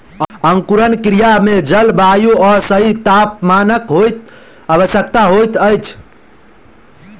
अंकुरण क्रिया मे जल, वायु आ सही तापमानक होयब आवश्यक होइत अछि